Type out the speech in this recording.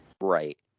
Right